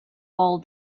all